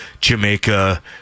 Jamaica